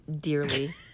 dearly